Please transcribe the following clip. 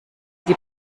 die